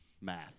math